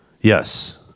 Yes